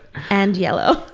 and yellow.